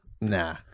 nah